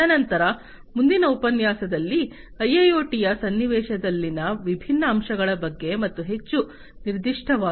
ತದನಂತರ ಮುಂದಿನ ಉಪನ್ಯಾಸದಲ್ಲಿ ಐಐಒಟಿಯ ಸನ್ನಿವೇಶದಲ್ಲಿನ ವಿಭಿನ್ನ ಅಂಶಗಳ ಬಗ್ಗೆ ಮತ್ತು ಹೆಚ್ಚು ನಿರ್ದಿಷ್ಟವಾಗಿ